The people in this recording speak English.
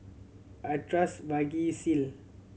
I trust Vagisil